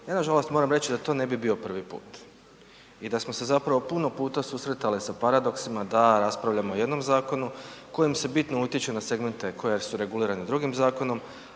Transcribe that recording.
Ja nažalost moram reći da to ne bi bio prvi put i da smo se zapravo puno puta susretali sa paradoksima da raspravljamo o jednom zakonu kojim se bitno utječe na segmente koja su regulirana drugim zakonom,